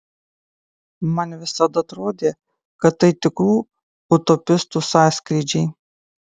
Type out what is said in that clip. man visada atrodė kad tai tikrų utopistų sąskrydžiai